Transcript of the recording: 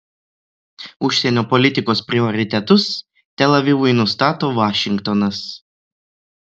užsienio politikos prioritetus tel avivui nustato vašingtonas